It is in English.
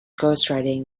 ghostwriting